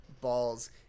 balls